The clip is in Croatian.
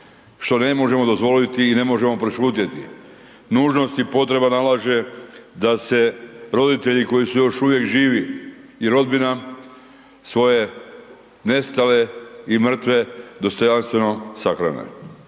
što ne možemo dozvoliti i ne možemo prešutjeti. Nužnost i potreba nalaže da se roditelji koji su još uvijek živi i rodbina svoje nestale i mrtve dostojanstveno sahrane.